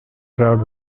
crowd